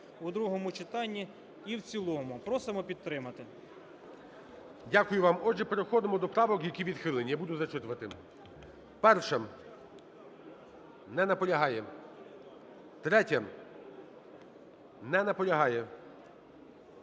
у другому читанні і в цілому. Просимо підтримати. ГОЛОВУЮЧИЙ. Дякую вам. Отже, переходимо до правок. Які відхилені, я буду зачитувати. 1-а. Не наполягає. 3-я. Не наполягає.